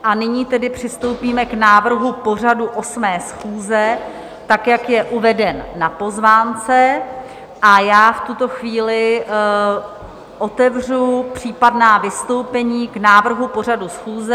A nyní tedy přistoupíme k návrhu pořadu 8. schůze, tak jak je uveden na pozvánce, a já v tuto chvíli otevřu případná vystoupení k návrhu pořadu schůze.